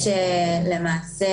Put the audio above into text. יש למעשה